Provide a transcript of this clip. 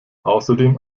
außerdem